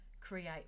create